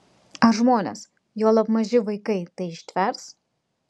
ar žmonės juolab maži vaikai tai ištvers